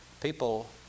People